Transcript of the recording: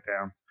down